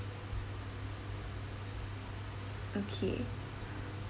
okay